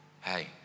Hey